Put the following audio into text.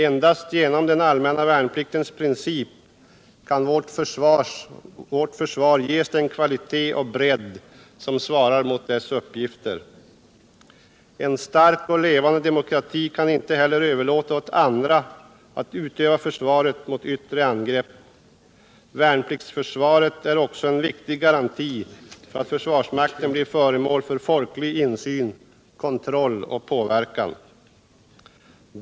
Endast genom den allmänna värnpliktens princip kan vårt försvar ges den kvalitet och bredd som svarar mot dess uppgifter. En stark och levande demokrati kan inte heller överlåta åt andra att utöva försvaret mot yttre angrepp. Värnpliktsförsvaret är en viktig garanti för att försvarsmakten blir föremål för folklig insyn, kontroll och påverkan.